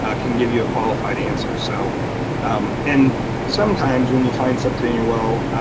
ah can give you a qualified answer. so um and sometimes when you find something in your well,